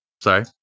Sorry